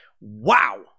Wow